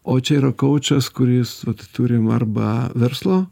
o čia yra koučas kuris turi arba verslo